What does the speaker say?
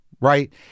Right